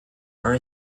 are